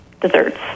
desserts